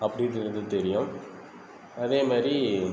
அப்படினுறது தெரியும் அதே மாரி